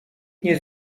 nie